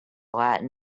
latin